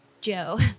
Joe